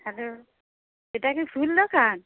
hello এটা কি ফুল দোকান